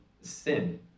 sin